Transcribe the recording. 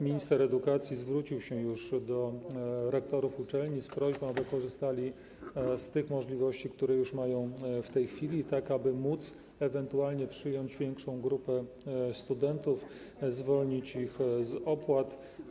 Minister edukacji zwrócił się do rektorów uczelni z prośbą, aby korzystali z możliwości, jakie mają już w tej chwili, tak aby móc ewentualnie przyjąć większą grupę studentów, zwolnić ich z opłat.